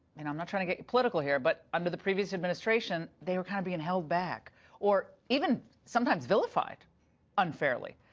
and i'm not trying to get political here, but under the previous administration they were kind of being held back or even sometimes vilified unfairly